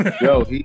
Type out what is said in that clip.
Yo